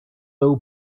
low